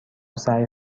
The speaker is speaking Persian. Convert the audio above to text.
سعی